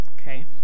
Okay